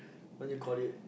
what do you call it